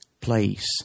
place